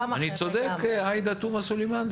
אני צודק עאידה תומא סלימאן?